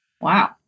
wow